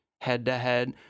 head-to-head